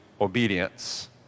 obedience